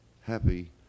happy